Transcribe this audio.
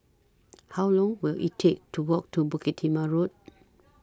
How Long Will IT Take to Walk to Bukit Timah Road